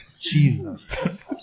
Jesus